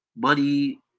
money